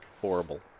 Horrible